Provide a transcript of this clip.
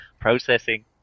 Processing